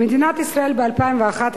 במדינת ישראל ב-2011,